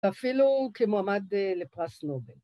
‫אפילו כמועמד לפרס נובל.